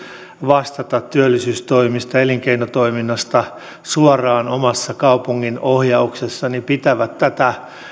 vastata työllisyystoimista elinkeinotoiminnasta suoraan kaupungin omassa ohjauksessa pitävät tätä